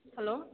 hello